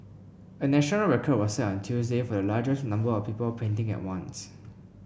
a national record was set on Tuesday for the largest number of people painting at once